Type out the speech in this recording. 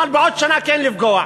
אבל בעוד שנה כן לפגוע.